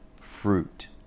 fruit